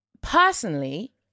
personally